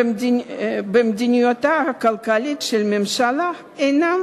במדיניותה הכלכלית של הממשלה הינם